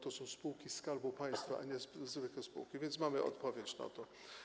To są spółki Skarbu Państwa, a nie zwykłe spółki, więc mamy odpowiedź na to.